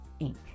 Inc